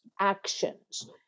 actions